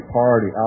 party